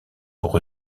pour